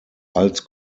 als